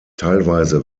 teilweise